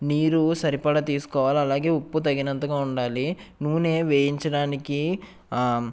నీరు సరిపడా తీసుకోవాలి అలాగే ఉప్పు తగినంతగా ఉండాలి నూనె వేయించడానికి